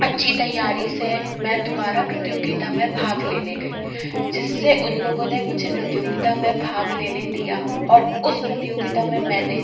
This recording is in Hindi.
अच्छी तैयारी से मैं दोबारा प्रतियोगिता में भाग लेने गई जिससे उन लोगों ने मुझे प्रतियोगिता में भाग लेने दिया और उस प्रतियोगिता में मैंने